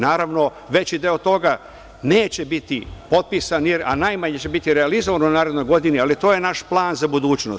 Naravno, veći deo toga neće biti potpisan, a najmanje će biti realizovano u narednoj godini, ali to je naš plan za budućnost.